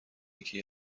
اینکه